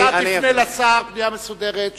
תפנה אל השר ותקבל תשובה מסודרת.